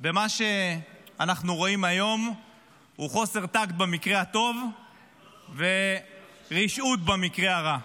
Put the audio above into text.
מה שאנחנו רואים היום הוא חוסר טקט במקרה הטוב ורשעות במקרה הרע.